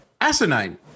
Asinine